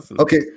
Okay